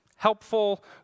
Helpful